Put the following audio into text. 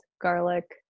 garlic